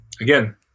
again